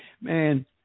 man